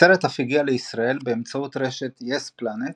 הסרט אף הגיע לישראל באמצעות רשת יס פלאנט